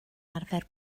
arfer